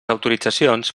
autoritzacions